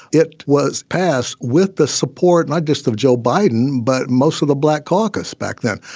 it was passed with the support not just of joe biden, but most of the black caucus back then.